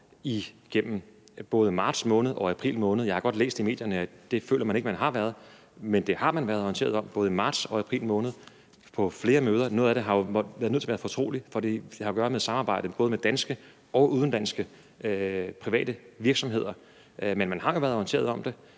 igennem både marts måned og april måned. Jeg har godt læst i medierne, at det føler man ikke man har været, men det har man været orienteret om, både i marts og april måned på flere møder. Noget af det har jo været nødt til at være fortroligt, fordi vi har at gøre med et samarbejde med både danske og udenlandske private virksomheder. Men man har været orienteret om det,